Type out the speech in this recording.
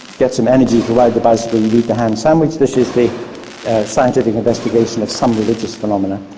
get some energy to ride the bicycle you'd eat the ham sandwich, this is the scientific investigation of some religious phenomena,